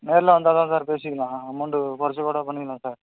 நேரில் வந்தா தான் சார் பேசிக்கலாம் அமௌண்டு குறச்சி கூட பண்ணிக்கலாம் சார்